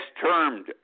termed